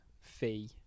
fee